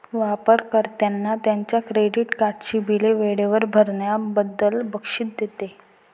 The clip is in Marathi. वापर कर्त्यांना त्यांच्या क्रेडिट कार्डची बिले वेळेवर भरल्याबद्दल बक्षीस देते